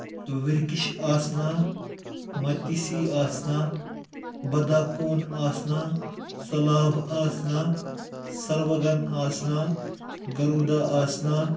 وِرکِش آسنا مٔتی سی آسنا بَداکون آسنا سَلاب آسنا سروَگَن آسنا گروٗدا آسنا